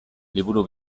liburu